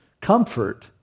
comfort